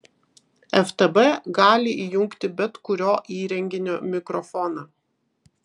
ftb gali įjungti bet kurio įrenginio mikrofoną